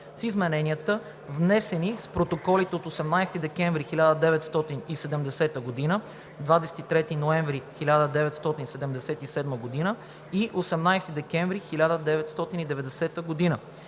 (с измененията, внесени с протоколите от 18 декември 1970 г., 23 ноември 1977 г. и 18 декември 1990 г.)